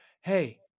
Hey